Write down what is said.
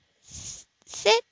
Sit